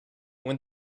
when